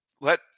Let